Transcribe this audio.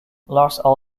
lars